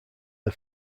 air